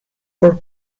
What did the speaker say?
for